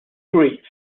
grief